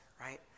right